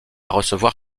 recevoir